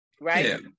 right